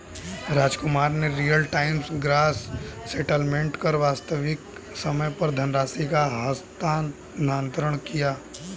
रामकुमार ने real time gross settlement कर वास्तविक समय पर धनराशि का हस्तांतरण किया